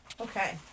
Okay